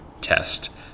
test